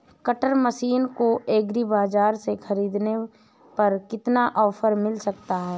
Cutter machine को agri बाजार से ख़रीदने पर कितना ऑफर मिल सकता है?